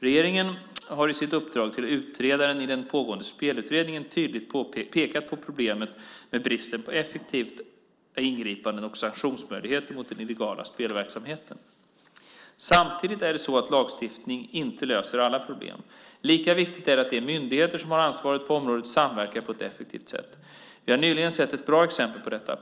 Regeringen har i sitt uppdrag till utredaren i den pågående Spelutredningen tydligt pekat på problemet med bristen på effektiva ingripande och sanktionsmöjligheter mot den illegala spelverksamheten. Samtidigt löser inte lagstiftning alla problem. Lika viktigt är det att de myndigheter som har ansvaret på området samverkar på ett effektivt sätt. Vi har nyligen sett ett bra exempel på detta.